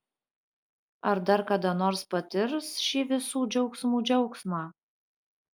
ar dar kada nors patirs šį visų džiaugsmų džiaugsmą